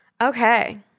Okay